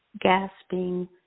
gasping